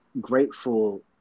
grateful